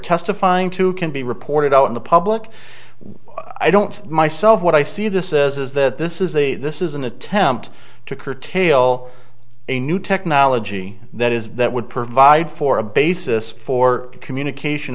testifying to can be reported out in the public i don't myself what i see this is that this is the this is an attempt to curtail a new technology that is that would provide for a basis for communication